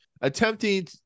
attempting